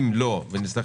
אם לא - נלך